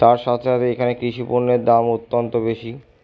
তার সথে সথে এখানে কৃষিপণ্যের দাম অত্যন্ত বেশি